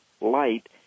light